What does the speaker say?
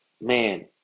Man